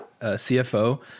CFO